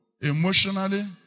emotionally